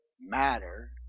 matter